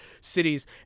cities